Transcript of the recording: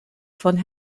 von